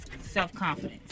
self-confidence